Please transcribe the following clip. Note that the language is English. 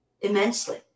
immensely